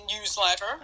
newsletter